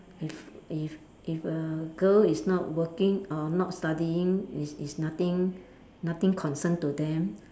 if if if a girl is not working or not studying is is nothing nothing concern to them